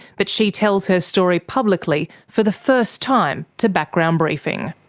but she tells her story publicly for the first time to background briefing.